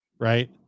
right